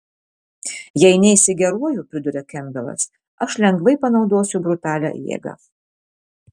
jei neisi geruoju priduria kempbelas aš lengvai panaudosiu brutalią jėgą